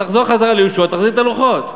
ותחזור ליהושע, תחזיר את הלוחות.